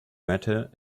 matter